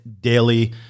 daily